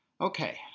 Okay